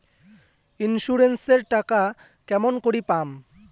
Insurance এর টাকা কেমন করি পাম?